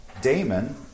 Damon